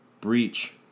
Breach